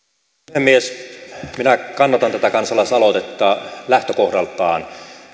puhemies minä kannatan tätä kansalaisaloitetta lähtökohdaltaan